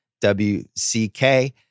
WCK